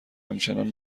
همچنان